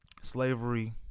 Slavery